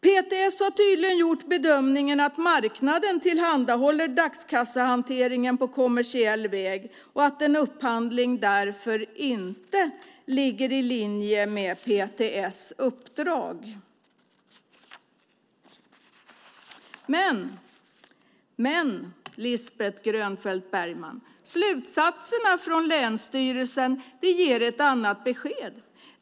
PTS har tydligen gjort bedömningen att marknaden tillhandahåller dagskassehantering på kommersiell väg och att en upphandling därför inte ligger i linje med PTS uppdrag. Men, Lisbeth Grönfeldt Bergman: Slutsatserna från länsstyrelserna ger ett annat besked.